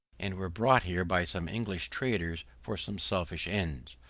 and were brought here by some english traders for some selfish ends.